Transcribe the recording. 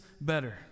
better